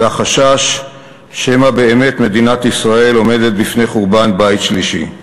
והחשש שמא באמת מדינת ישראל עומדת בפני חורבן בית שלישי.